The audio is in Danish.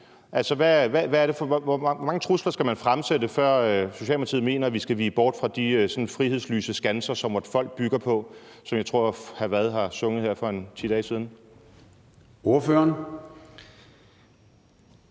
Hvor mange trusler skal man fremsætte, før Socialdemokratiet mener, at vi skal vige bort fra de frihedslyse skanser, som vort folk bygger på, som jeg tror hr. Frederik Vad har sunget her for en 10 dage siden? Kl.